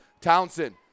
Townsend